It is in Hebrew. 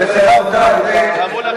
זו שיחה יותר ארוכה.